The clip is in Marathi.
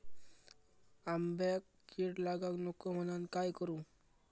आंब्यक कीड लागाक नको म्हनान काय करू?